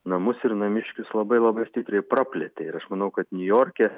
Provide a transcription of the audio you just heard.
namus ir namiškius labai labai stipriai praplėtė ir aš manau kad niujorke